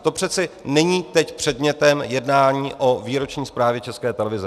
To přece není teď předmětem jednání o výroční zprávě České televize.